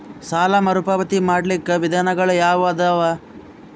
ಸಾಲ ಮರುಪಾವತಿ ಮಾಡ್ಲಿಕ್ಕ ವಿಧಾನಗಳು ಯಾವದವಾ?